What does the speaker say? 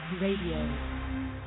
Radio